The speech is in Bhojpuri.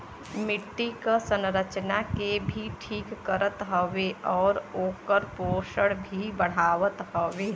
मट्टी क संरचना के भी ठीक करत हउवे आउर ओकर पोषण भी बढ़ावत हउवे